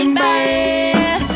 bye